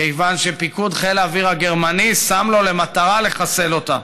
כיוון שפיקוד חיל האוויר הגרמני שם לו למטרה לחסל אותה.